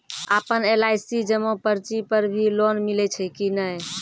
आपन एल.आई.सी जमा पर्ची पर भी लोन मिलै छै कि नै?